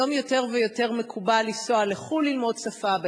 היום יותר ויותר מקובל לנסוע לחוץ-לארץ ללמוד שפה,